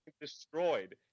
destroyed